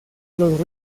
los